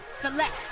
Collect